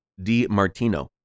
DiMartino